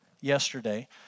yesterday